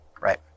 right